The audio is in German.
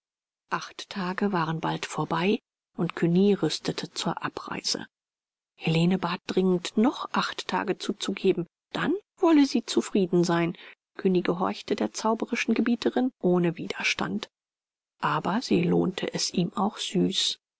acht tage waren bald vorbei und cugny rüstete zur abreise helene bat dringend noch acht tage zuzugeben dann wolle sie zufrieden sein cugny gehorchte der zauberischen gebieterin ohne widerstand aber sie lohnte es ihm auch süß